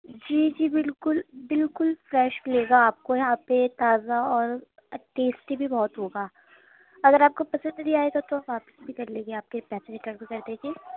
جی جی بالکل بالکل فریش ملے گا آپ کو یہاں پہ تازہ اور ٹیسٹی بھی بہت ہوگا اگر آپ کو پسند نہیں آئے گا تو ہم واپسی بھی کر لیں گے آپ کے پیسے کٹ بھی گئے تو